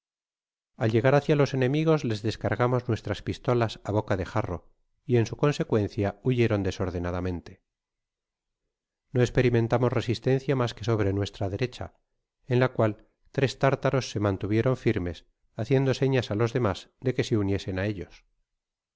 al llegar hacia los enemigos les descargamos nuestras pistolas á boca de jarro y en su consecuencia huyeron desordenadamente no esperimentamos resistencia mas que sobre nuestra derecha en la cual tres tártaros se mantuvieron firmes haciendo señas á los demas de que se uniesen áellos